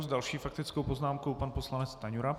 S další faktickou poznámkou pan poslanec Stanjura.